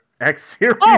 X-series